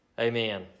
amen